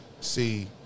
See